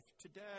today